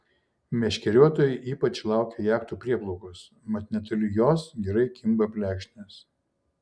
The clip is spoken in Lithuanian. meškeriotojai ypač laukia jachtų prieplaukos mat netoli jos gerai kimba plekšnės